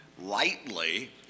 lightly